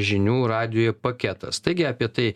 žinių radijuje paketas taigi apie tai